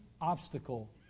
obstacle